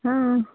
हां